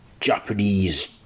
Japanese